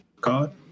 God